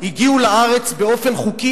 הגיעו לארץ באופן חוקי,